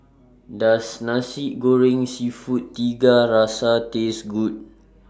Does Nasi Goreng Seafood Tiga Rasa Taste Good